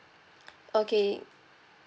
okay